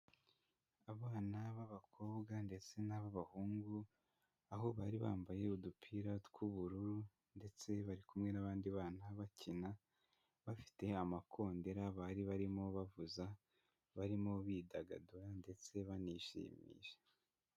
Abana b'abakobwa ndetse n''ab'abahungu, aho bari bambaye udupira tw'ubururu ndetse bari kumwe n'abandi bana bakina, bafite amakondera bari barimo bavuza, barimo bidagadura ndetse banishimisha.